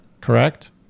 correct